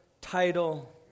title